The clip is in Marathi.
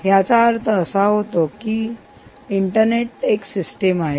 याचा अर्थ असा होतो की ही एक इंटरनेट सिस्टीम आहे